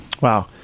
Wow